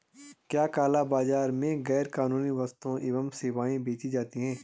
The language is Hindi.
क्या काला बाजार में गैर कानूनी वस्तुएँ एवं सेवाएं बेची जाती हैं?